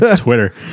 Twitter